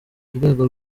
urwego